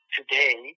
today